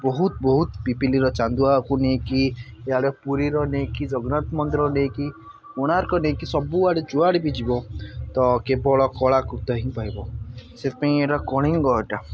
ବହୁତ ବହୁତ ପିପିଲିର ଚାନ୍ଦୁଆକୁ ନେଇକି ଇଆଡ଼େ ପୁରୀର ନେଇକି ଜଗନ୍ନାଥ ମନ୍ଦିର ନେଇକି କୋଣାର୍କ ନେଇକି ସବୁଆଡ଼େ ଯୁଆଡ଼େ ବି ଯିବ ତ କେବଳ କଳାକୃତ ହିଁ ପାଇବ ସେଥିପାଇଁ କଳିଙ୍ଗ ଏଇଟା